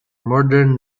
modern